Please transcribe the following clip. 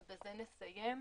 ובזה נסיים.